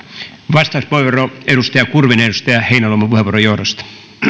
vastauspuheenvuoro edustaja kurvinen edustaja heinäluoman puheenvuoron johdosta